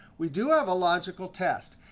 we do have a logical test.